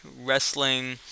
wrestling